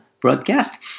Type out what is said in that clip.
broadcast